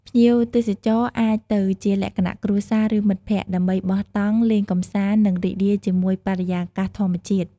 ភ្ញៀវទេសចរអាចទៅជាលក្ខណៈគ្រួសារ ឬមិត្តភក្តិ ដើម្បីបោះតង់ លេងកន្សាន្ត និងរីករាយជាមួយបរិយាកាសធម្មជាតិ។